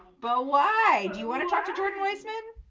but why do you want to talk to jordan weissmann?